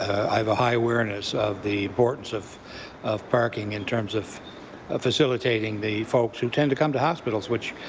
i have high awareness of the importance of of parking in terms of ah facilitating the folks who tend to come to hospitals, which,